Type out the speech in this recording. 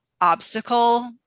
obstacle